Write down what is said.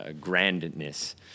grandness